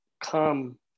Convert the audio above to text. come